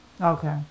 Okay